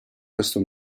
questo